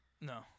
No